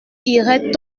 irait